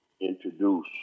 introduce